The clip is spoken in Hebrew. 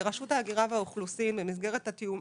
לרשות ההגירה והאוכלוסין במסגרת התיאום,